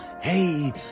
hey